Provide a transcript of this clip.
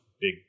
big